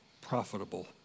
profitable